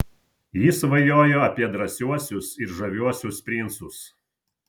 ji svajojo apie drąsiuosius ir žaviuosius princus